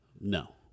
No